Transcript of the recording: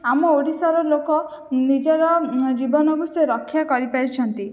ଆମ ଓଡ଼ିଶାର ଲୋକ ନିଜର ଜୀବନକୁ ସେ ରକ୍ଷା କରିପାରିଛନ୍ତି